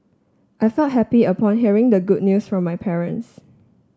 I felt happy upon hearing the good news from my parents